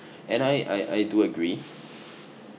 and I I I do agree